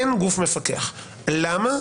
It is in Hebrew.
למה?